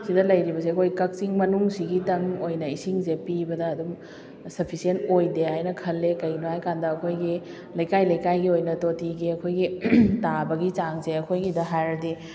ꯁꯤꯗ ꯂꯩꯔꯤꯕꯁꯦ ꯑꯩꯈꯣꯏ ꯀꯛꯆꯤꯡ ꯃꯅꯨꯡꯁꯤꯒꯤꯇꯪ ꯑꯣꯏꯅ ꯏꯁꯤꯡꯁꯦ ꯄꯤꯕꯗ ꯑꯗꯨꯝ ꯁꯐꯤꯁꯦꯟ ꯑꯣꯏꯗꯦ ꯍꯥꯏꯅ ꯈꯜꯂꯦ ꯀꯔꯤꯒꯤꯅꯣ ꯍꯥꯏ ꯀꯥꯟꯗ ꯑꯩꯈꯣꯏꯒꯤ ꯂꯩꯀꯥꯏ ꯂꯩꯀꯥꯏꯒꯤ ꯑꯣꯏꯅ ꯇꯣꯇꯤꯒꯤ ꯑꯩꯈꯣꯏꯒꯤ ꯇꯥꯕꯒꯤ ꯆꯥꯡꯁꯦ ꯑꯩꯈꯣꯏꯒꯤꯗ ꯍꯥꯏꯔꯗꯤ